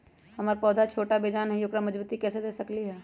हमर पौधा छोटा बेजान हई उकरा मजबूती कैसे दे सकली ह?